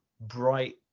bright